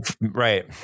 Right